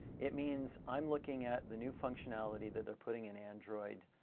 it means i'm looking at the new functionality that they're putting in android